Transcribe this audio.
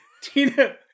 Tina